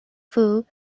full